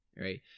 right